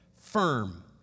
firm